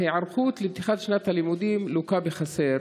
ההיערכות לפתיחת שנת הלימודים לוקה בחסר.